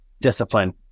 discipline